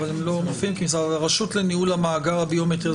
הרשות לניהול המאגר הביומטרי.